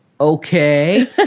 okay